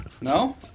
No